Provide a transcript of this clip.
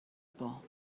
por